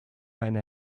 eine